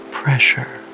pressure